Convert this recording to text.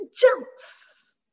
jumps